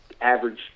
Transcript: average